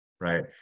right